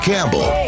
Campbell